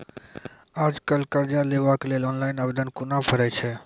आज कल कर्ज लेवाक लेल ऑनलाइन आवेदन कूना भरै छै?